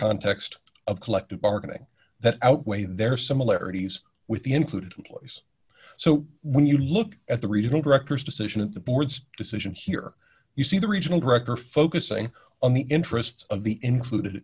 context of collective bargaining that outweigh their similarities with the included so when you look at the regional directors decision at the board's decision here you see the regional director focusing on the interests of the included